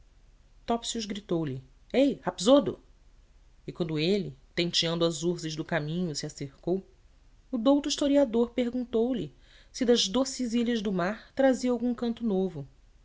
murchas topsius gritou-lhe eh rapsodo e quando ele tenteando as urzes do caminho se acercou o douto historiador perguntou-lhe se das doces ilhas do mar trazia algum canto novo